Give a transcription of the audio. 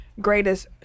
greatest